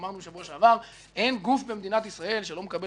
אמרנו בשבוע שעבר שאין גוף במדינת ישראל שלא מקבל